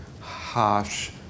harsh